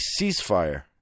ceasefire